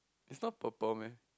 is not purple meh